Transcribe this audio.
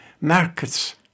markets